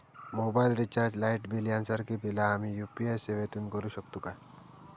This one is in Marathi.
मोबाईल रिचार्ज, लाईट बिल यांसारखी बिला आम्ही यू.पी.आय सेवेतून करू शकतू काय?